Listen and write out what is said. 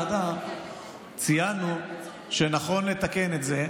הילדים, ציינו שנכון לתקן את זה,